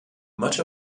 much